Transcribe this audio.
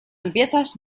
empiezas